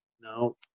no